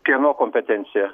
kieno kompetencija